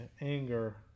anger